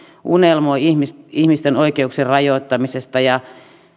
unelmoi ihmisten oikeuksien rajoittamisesta ja